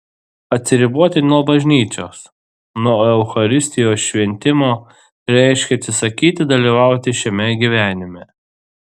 atsiriboti nuo bažnyčios nuo eucharistijos šventimo reiškia atsisakyti dalyvauti šiame gyvenime